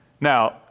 Now